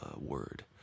word